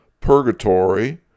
Purgatory